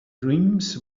dreams